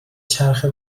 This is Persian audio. چرخه